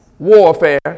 warfare